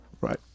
Right